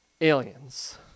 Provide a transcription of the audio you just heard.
aliens